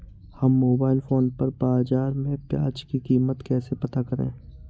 हम mobile phone पर बाज़ार में प्याज़ की कीमत कैसे पता करें?